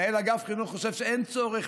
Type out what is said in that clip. מנהל אגף חינוך חושב שאין צורך,